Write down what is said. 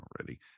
already